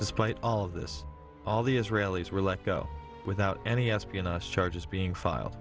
despite all of this all the israelis were let go without any espionage charges